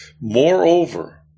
Moreover